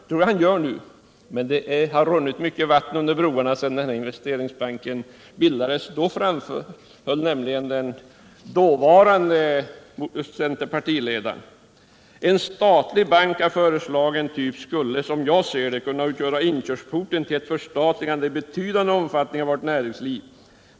Det är vad han gör nu, men det har runnit mycket vatten under broarna sedan Investeringsbanken bildades. Då sade nämligen den dåvarande centerpartiledaren: En statlig bank är föreslagen. Den skulle som jag ser det kunna utgöra inkörsporten till ett förstatligande i betydande omfattning av vårt näringsliv.